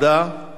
ועדת הכלכלה.